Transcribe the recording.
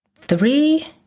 three